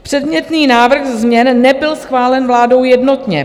Předmětný návrh změn nebyl schválen vládou jednotně.